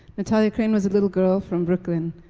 nathalia crane was a little girl from brooklyn.